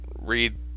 read